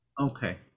Okay